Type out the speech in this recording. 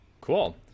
Cool